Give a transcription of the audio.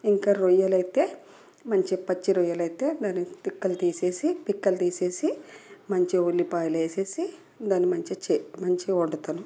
ఇంకా రొయ్యలు అయితే మంచి పచ్చి రొయ్యలు అయితే దాన్ని పిక్కలు తీసేసి పిక్కలు తీసేసి మంచిగా ఉల్లిపాయలు వేసేసి దాన్ని మంచిగా మంచిగా వండుతాను